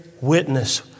witness